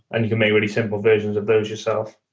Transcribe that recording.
and you can make really simple version of those yourself.